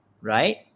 right